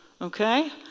Okay